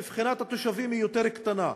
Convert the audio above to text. מבחינת התושבים היא יותר קטנה,